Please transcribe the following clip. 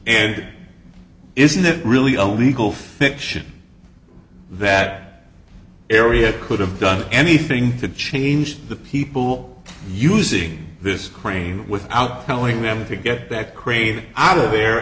and isn't it really only go fiction that area could have done anything to change the people using this crane without telling them to get that crazy out there